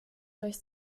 durch